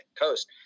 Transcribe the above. coast